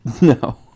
No